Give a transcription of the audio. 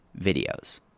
videos